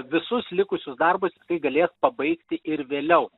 visus likusius darbus kai galės pabaigti ir vėliau